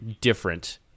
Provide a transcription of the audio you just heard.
Different